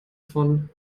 von